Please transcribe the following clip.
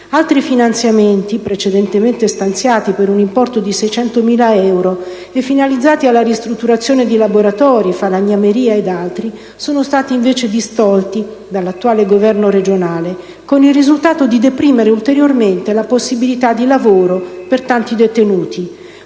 Altri finanziamenti precedentemente stanziati sono i 600.000 euro finalizzati alla ristrutturazione di laboratori di falegnameria, tipografia e officina che sono stati però distolti dall'attuale governo regionale, con il risultato di deprimere ulteriormente la possibilità di lavorare per tanti detenuti.